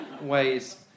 ways